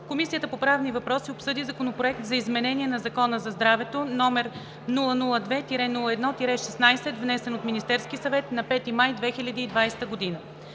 Комисията по правни въпроси обсъди Законопроект за изменение на Закона за здравето, № 002 01 16, внесен от Министерския съвет на 5 май 2020 г.